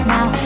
Now